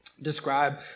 Describe